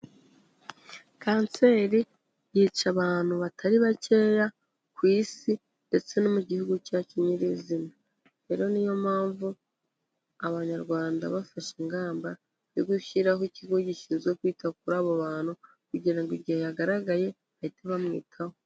Kanseri yica abantu batari bakeya ku isi ndetse no mu gihugu cyacu nyirizina. Rero ni yo mpamvu Abanyarwanda bafashe ingamba yo gushyiraho ikigo gishinzwe kwita kuri abo bantu kugira ngo igihe yagaragaye bahite bamwitaho.